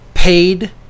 Paid